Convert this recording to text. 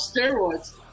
steroids